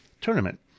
tournament